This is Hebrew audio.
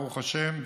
ברוך השם,